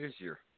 easier